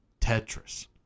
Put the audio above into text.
Tetris